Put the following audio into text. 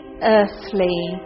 earthly